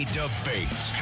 debate